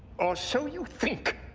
or so you think!